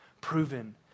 proven